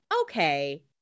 okay